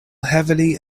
heavily